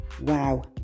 wow